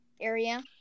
area